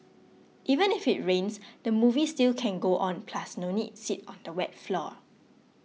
even if it rains the movie still can go on plus no need sit on the wet floor